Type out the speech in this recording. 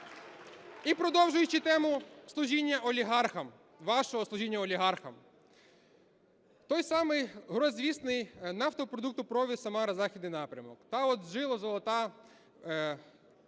І, продовжуючи тему служіння олігархам, вашого служіння олігархам. Той самий горезвісний нафтопродуктопровід "Самара – Західний напрямок" – та от жила золота